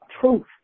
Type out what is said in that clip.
truth